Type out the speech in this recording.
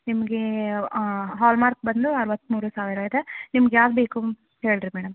ನಿಮಗೆ ಹಾಲ್ಮಾರ್ಕ್ ಬಂದು ಅರವತ್ಮೂರು ಸಾವಿರ ಇದೆ ನಿಮ್ಗೆ ಯಾವ್ದು ಬೇಕು ಹೇಳಿರಿ ಮೇಡಮ್